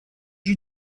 you